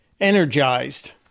energized